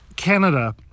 Canada